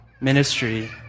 ministry